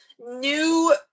new